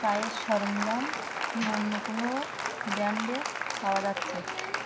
চায়ের সরঞ্জাম কি অন্য কোনো ব্র্যান্ডে পাওয়া যাচ্ছে